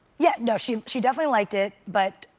yeah you know she she definitely liked it, but,